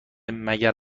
مگر